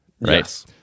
Right